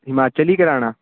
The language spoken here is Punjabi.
ਹਿਮਾਚਲ ਹੀ ਕਰਵਾਉਣਾ